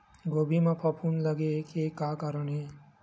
गोभी म फफूंद लगे के का कारण हे?